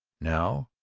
now,